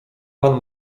pan